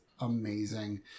amazing